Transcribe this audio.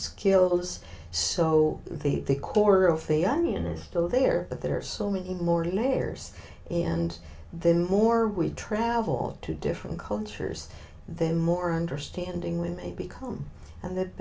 skills so the core of the onion is still there but there are so many more layers and then more we travel to different cultures they're more understanding with may become and that